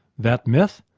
that myth?